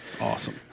Awesome